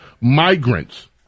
migrants